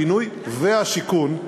הבינוי והשיכון,